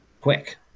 quick